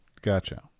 Gotcha